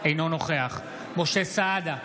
אינו נוכח משה סעדה,